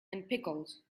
pickles